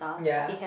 ya